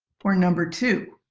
or number two?